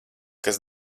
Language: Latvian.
kas